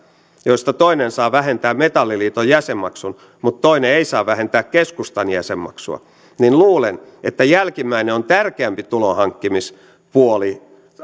joista toinen saa vähentää metalliliiton jäsenmaksun mutta toinen ei saa vähentää keskustan jäsenmaksua niin luulen että jälkimmäinen on tärkeämpi tulonhankkimispuoli